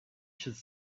should